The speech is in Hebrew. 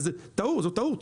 וזו טעות.